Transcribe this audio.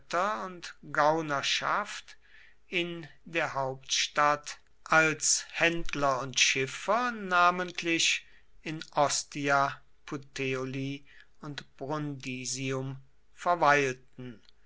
und gaunerschaft in der hauptstadt als händler und schiffer namentlich in ostia puteoli und brundisium verweilten